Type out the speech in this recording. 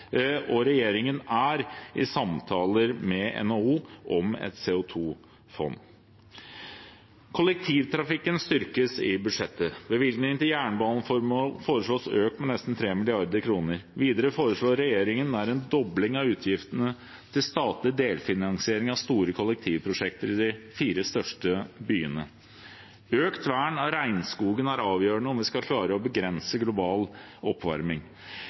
og regjeringen er i samtaler med NHO om et CO 2 -fond. Kollektivtrafikken styrkes i budsjettet. Bevilgningene til jernbaneformål foreslås økt med nesten 3 mrd. kr. Videre foreslår regjeringen nær en dobling av utgiftene til statlig delfinansiering av store kollektivprosjekter i de fire største byene. Økt vern av regnskogen er avgjørende om vi skal klare å begrense global oppvarming.